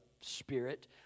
spirit